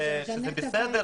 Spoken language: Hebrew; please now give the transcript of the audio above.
שזה בסדר,